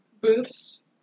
booths